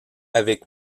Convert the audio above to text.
avec